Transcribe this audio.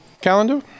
calendar